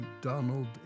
Donald